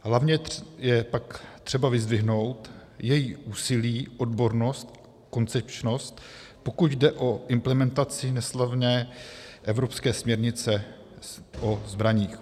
Hlavně je pak třeba vyzdvihnout její úsilí, odbornost, koncepčnost, pokud jde o implementaci neslavné evropské směrnice o zbraních.